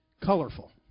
Colorful